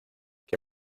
que